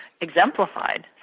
exemplified